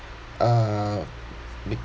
uh be~